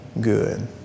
good